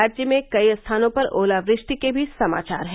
राज्य में कई स्थानों पर ओलावृष्टि के भी समाचार हैं